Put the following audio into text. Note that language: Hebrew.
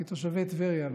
כי תושבי טבריה,